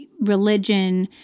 religion